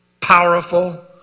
powerful